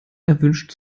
erwünscht